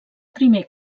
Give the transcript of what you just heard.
primer